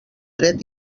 dret